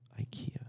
Ikea